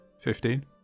Fifteen